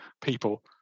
people